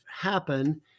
happen